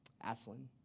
Aslan